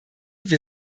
wir